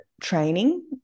training